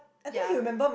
yea